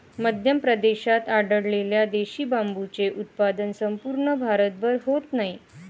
मध्य प्रदेशात आढळलेल्या देशी बांबूचे उत्पन्न संपूर्ण भारतभर होत नाही